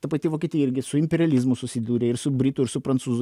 ta pati vokietija irgi su imperializmu susidūrė ir su britų ir su prancūzų